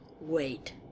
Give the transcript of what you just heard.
Wait